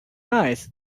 eyes